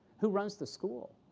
who runs this school?